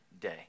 day